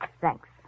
Thanks